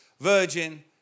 virgin